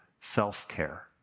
self-care